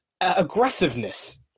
aggressiveness